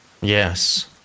Yes